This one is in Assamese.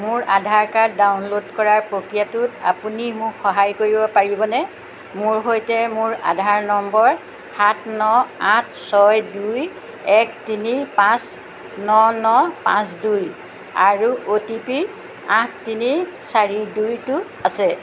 মোৰ আধাৰ কাৰ্ড ডাউনল'ড কৰাৰ প্ৰক্ৰিয়াটোত আপুনি মোক সহায় কৰিব পাৰিবনে মোৰ সৈতে মোৰ আধাৰ নম্বৰ সাত ন আঠ ছয় দুই এক তিনি পাঁচ ন ন পাঁচ দুই আৰু অ' টি পি আঠ তিনি চাৰি দুই টো আছে